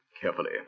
carefully